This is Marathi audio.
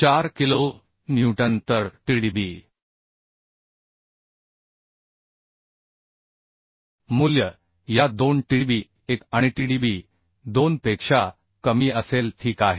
4 किलो न्यूटन तरTdb मूल्य या 2 Tdb 1 आणिTdb 2 पेक्षा कमी असेल ठीक आहे